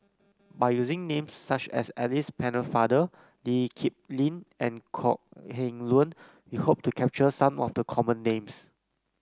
by using names such as Alice Pennefather Lee Kip Lin and Kok Heng Leun we hope to capture some of the common names